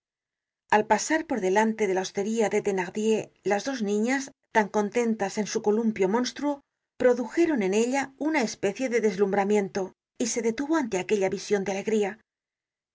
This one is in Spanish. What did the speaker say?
al pasar por delante de la hostería de thenardier las dos niñas tan cóntentas en su columpio monstruo produjeron en ella una especie de deslumbramiento y se detuvo ante aquella vision de alegría